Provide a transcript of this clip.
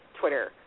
Twitter